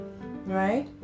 right